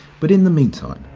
but in the meantime,